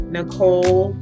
Nicole